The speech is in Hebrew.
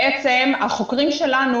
החוקרים שלנו,